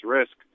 risk